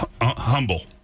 Humble